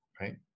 right